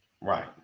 Right